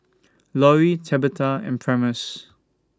Lori Tabitha and Primus